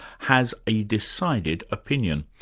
has a decided opinion.